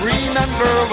Remember